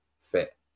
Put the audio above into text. fit